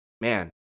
man